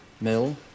mill